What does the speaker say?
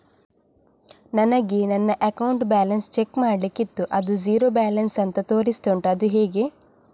ನನಗೆ ನನ್ನ account balance check ಮಾಡ್ಲಿಕ್ಕಿತ್ತು ಅದು ಝೀರೋ ಬ್ಯಾಲೆನ್ಸ್ ಅಂತ ತೋರಿಸ್ತಾ ಉಂಟು ಅದು ಹೇಗೆ?